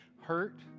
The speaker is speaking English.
hurt